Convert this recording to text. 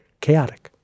chaotic